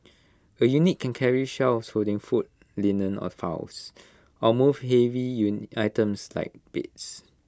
A unit can carry shelves holding food linen or files or move heavy you items like beds